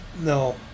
No